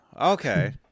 okay